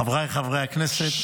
חבריי חברי הכנסת,